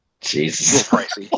Jesus